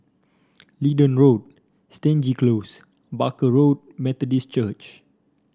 Leedon Road Stangee Close Barker Road Methodist Church